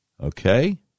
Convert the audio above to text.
Okay